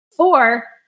Four